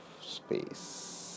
space